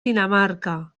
dinamarca